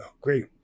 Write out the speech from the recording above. great